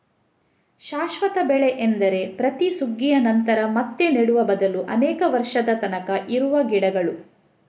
ಶಾಶ್ವತ ಬೆಳೆ ಎಂದರೆ ಪ್ರತಿ ಸುಗ್ಗಿಯ ನಂತರ ಮತ್ತೆ ನೆಡುವ ಬದಲು ಅನೇಕ ವರ್ಷದ ತನಕ ಇರುವ ಗಿಡಗಳು